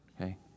Okay